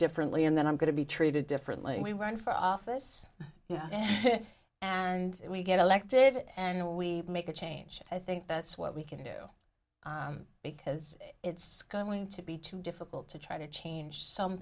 differently and then i'm going to be treated differently we run for office and we get elected and we make a change i think that's what we can do because it's going to be too difficult to try to change some